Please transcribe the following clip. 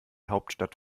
hauptstadt